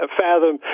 fathom